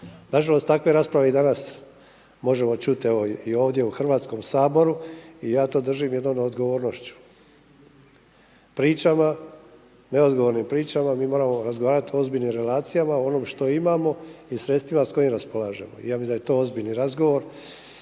Na žalost, takve rasprave i danas možemo čuti i ovdje u Hrvatskom saboru i ja to držim jednom neodgovornošću. Pričama, neodgovornim pričama. Mi moramo razgovarat o ozbiljnim relacijama o onome što imamo i sredstvima s kojima raspolažemo. Ja mislim da je to ozbiljni razgovor